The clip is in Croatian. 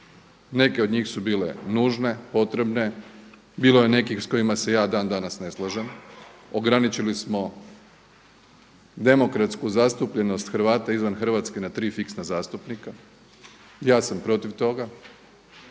Neke od njih su bile nužne, potrebne, bilo je nekih s kojima se ja dan danas ne slažem, ograničili smo demokratsku zastupljenost Hrvata izvan Hrvatske na tri fiksna zastupnika. Ja sam protiv toga,